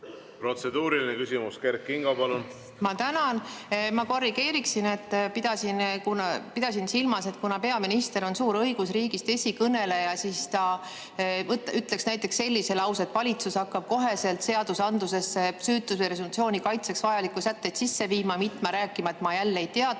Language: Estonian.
Protseduuriline küsimus, Kert Kingo, palun! Ma tänan. Ma korrigeeriksin: pidasin silmas, et kuna peaminister on suur õigusriigist esikõneleja, siis ta ütleks näiteks sellise lause, et valitsus hakkab koheselt seadusandlusesse süütuse presumptsiooni kaitseks vajalikke sätteid sisse viima, mitte rääkima, et ma jälle ei teadnud